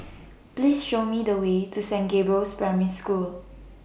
Please Show Me The Way to Saint Gabriel's Primary School